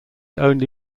only